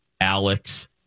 Alex